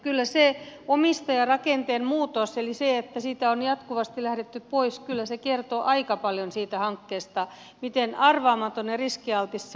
kyllä se omistajarakenteen muutos eli se että siitä on jatkuvasti lähdetty pois kertoo aika paljon siitä hankkeesta miten arvaamaton ja riskialtis se on